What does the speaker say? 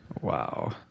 Wow